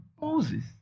Moses